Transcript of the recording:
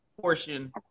portion